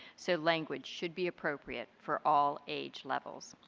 so language should be appropriate for all age levels.